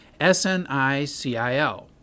SNICIL